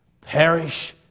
Perish